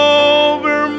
over